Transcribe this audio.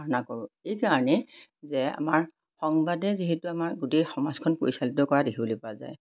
ধাৰণা কৰোঁ এইকাৰণেই যে আমাৰ সংবাদে যিহেতু আমাৰ গোটেই সমাজখন পৰিচালিত কৰা দেখিবলৈ পোৱা যায়